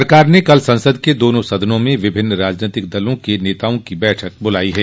सरकार ने कल संसद के दोनों सदनों में विभिन्न राजनैतिक दलों के नेताओं की बैठक ब्रलाई है